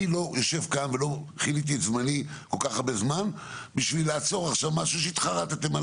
אני לא כיליתי את זמני בשביל לעצור משהו כי עכשיו התחרטתם,